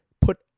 put